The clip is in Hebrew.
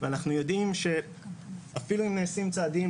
ואנחנו יודעים שאפילו אם נעשים צעדים,